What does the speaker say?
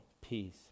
peace